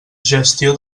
gestió